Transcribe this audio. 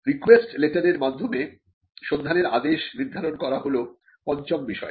request লেটারের মাধ্যমে সন্ধানের আদেশ নির্ধারণ করা হল পঞ্চম বিষয়